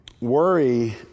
Worry